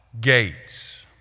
Gates